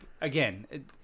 again